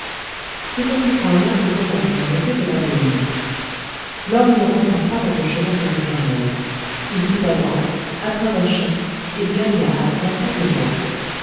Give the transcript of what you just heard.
c'est à ce point-là que commence la montée de la colline l'homme ne rentra pas dans le chemin de montfermeil il prit à droite à travers champs et gagna à grands pas le bois